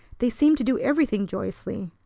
they seemed to do everything joyously,